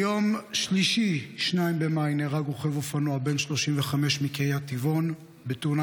ביום שלישי 2 במאי נהרג רוכב אופנוע בן 35 מקריית טבעון בתאונה